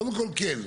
קודם כל, כן.